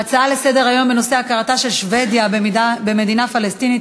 ההצעה לסדר-היום בנושא: הכרתה של שבדיה במדינה פלסטינית,